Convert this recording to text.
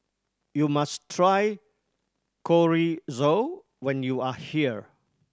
you must try Chorizo when you are here